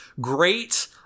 great